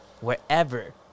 wherever